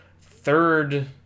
third